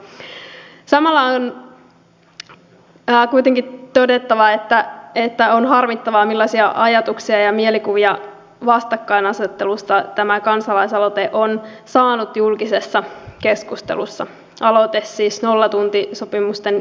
samalla on kuitenkin todettava että on harmittavaa millaisia ajatuksia ja mielikuvia vastakkainasettelusta tämä kansalaisaloite on saanut julkisessa keskustelussa aloite siis nollatuntisopimusten kieltämisestä